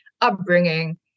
upbringing